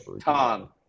Tom